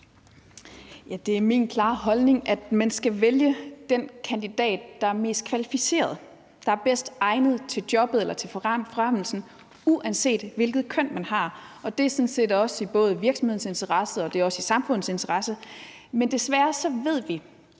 Det er min klare holdning, at man skal vælge den kandidat, der er mest kvalificeret, bedst egnet til jobbet eller til forfremmelsen, uanset hvilket køn den kandidat har, og det er sådan set også både i virksomhedens interesse og i samfundets interesse. Men desværre ved vi,